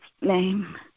name